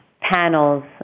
panels